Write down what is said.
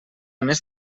més